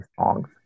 songs